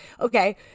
okay